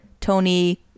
Tony